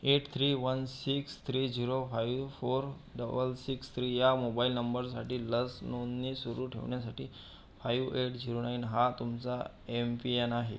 eight three one six three zero five four double six three या mobile नंबरसाठी लस नोंदणी सुरू ठेवण्यासाठी फाईव एट झिरो नाईन हा तुमचा एम पी एन आहे